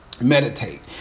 meditate